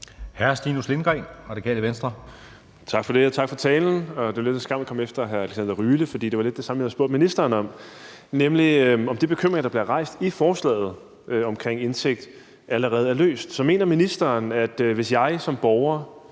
11:52 Stinus Lindgreen (RV): Tak for det, og tak for talen. Det er lidt en skam, at jeg kommer efter hr. Alexander Ryle, for det er lidt det samme, jeg vil spørge ministeren om, nemlig om de bekymringer, der bliver rejst i forslaget omkring indtægt, allerede er løst. Så mener ministeren, at hvis jeg som borger